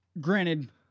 Granted